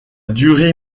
durée